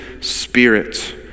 spirit